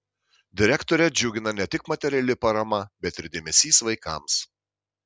direktorę džiugina ne tik materiali parama bet ir dėmesys vaikams